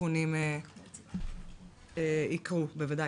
והתיקונים יקרו, בוודאי.